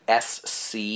SC